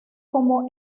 como